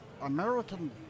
American